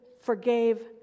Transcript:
forgave